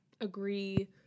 agree